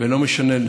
ולא משנה,